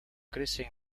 crece